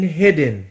hidden